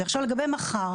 הממשלה,